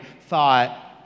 thought